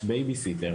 בייביסיטר.